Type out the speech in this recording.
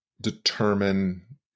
determine